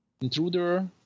Intruder